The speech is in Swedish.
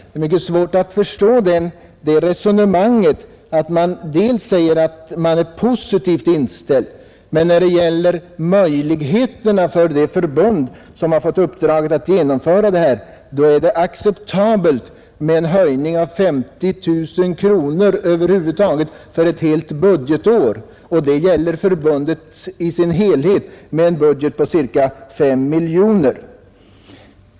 Det är mycket ssvårt att förstå det resonemanget att han säger dels att han är positivt inställd, dels att det, när det gäller möjligheterna för det förbund som har fått uppdraget att genomföra kampanjen, är acceptabelt med en höjning av totalt 50 000 kronor för ett helt budgetår. Och det gäller förbundet i dess helhet med en budget på ca 5 miljoner kronor.